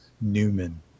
Newman